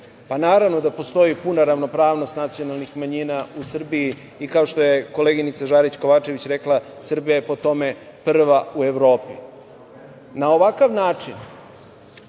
Naravno da postoji puna ravnopravnost nacionalnih manjina u Srbiji i kao što je koleginica Žarić Kovačević rekla – Srbija je po tome prva u Evropi. Na ovakav način